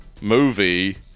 movie